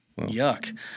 Yuck